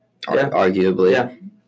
arguably